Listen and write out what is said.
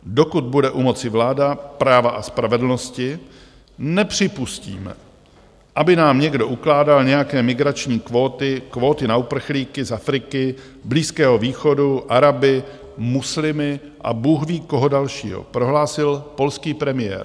Dokud bude u moci vláda Práva a spravedlnosti, nepřipustíme, aby nám někdo ukládal nějaké migrační kvóty, kvóty na uprchlíky z Afriky, Blízkého východu, Araby, muslimy a bůhví koho dalšího, prohlásil polský premiér.